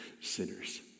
sinners